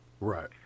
right